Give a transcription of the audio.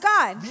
God